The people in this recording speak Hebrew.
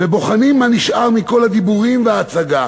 ובוחנים מה נשאר מכל הדיבורים וההצגה,